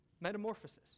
metamorphosis